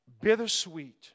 bittersweet